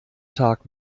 tag